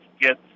get